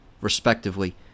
respectively